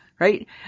Right